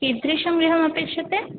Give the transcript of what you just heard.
कीदृशं गृहम् अपेक्ष्यते